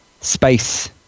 space